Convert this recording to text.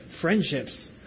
friendships